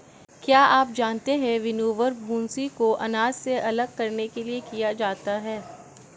क्या आप जानते है विनोवर, भूंसी को अनाज से अलग करने के लिए किया जाता है?